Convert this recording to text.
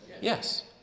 Yes